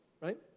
right